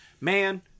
man